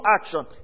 action